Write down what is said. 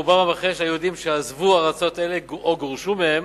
רובם המכריע של היהודים שעזבו ארצות אלה או גורשו מהן